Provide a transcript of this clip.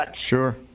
Sure